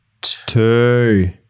two